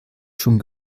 schon